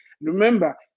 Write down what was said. Remember